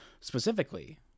specifically